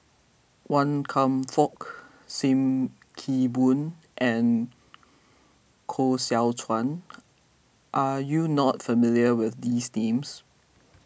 Wan Kam Fook Sim Kee Boon and Koh Seow Chuan are you not familiar with these names